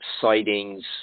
sightings